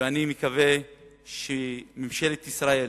ואני מקווה שממשלת ישראל